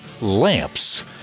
lamps